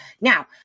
Now